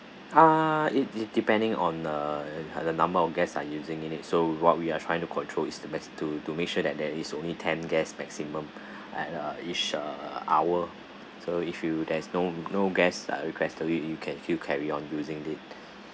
ah it it depending on uh the number of guests are using in it so what we are trying to control is the best to to make sure that there is only ten gas maximum at uh each uh hour so if you there is no no guests uh requested it you can still carry on using it